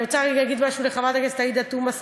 אני רוצה רגע להגיד משהו לחברת הכנסת עאידה תומא סלימאן,